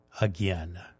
again